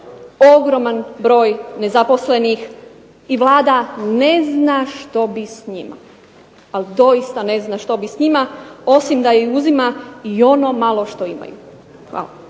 ogroman broj nezaposlenih i Vlada ne zna što bi s njima, ali doista ne zna što bi s njima osim da im uzima i ono malo što imaju. Hvala.